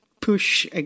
push